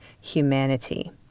humanity